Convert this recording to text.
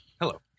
Hello